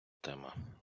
тема